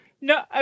no